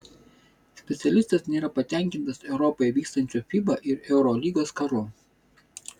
specialistas nėra patenkintas europoje vykstančiu fiba ir eurolygos karu